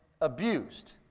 abused